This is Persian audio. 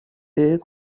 بهت